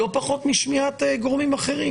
לא פחות משמיעת גורמים אחרים.